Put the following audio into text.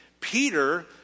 Peter